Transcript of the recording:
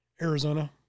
Arizona